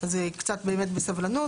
אז קצת באמת בסבלנות.